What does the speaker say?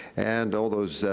and all those,